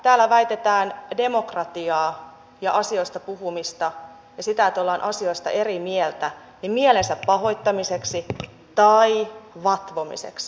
täällä väitetään demokratiaa ja asioista puhumista ja sitä että ollaan asioista eri mieltä mielensä pahoittamiseksi tai vatvomiseksi